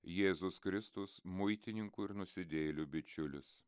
jėzus kristus muitininkų ir nusidėjėlių bičiulis